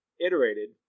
iterated